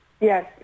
Yes